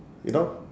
you know